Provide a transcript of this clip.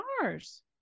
stars